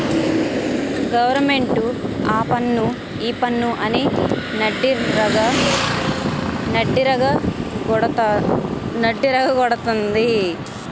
government ఆపన్ను ఈపన్ను అని నడ్డిరగ గొడతంది